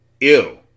Ill